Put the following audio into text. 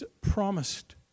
promised